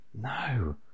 no